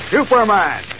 Superman